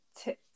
tips